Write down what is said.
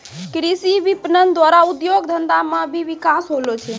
कृषि विपणन द्वारा उद्योग धंधा मे भी बिकास होलो छै